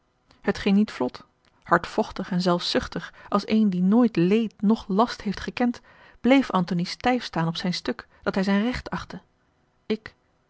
het ging niet vlot hardvochtig en zelfzuchtig als een die nooit leed noch last heeft gekend bleef antony stijf staan op zijn stuk dat hij zijn recht achtte ik